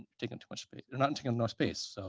taking too much space they're not taking enough space. so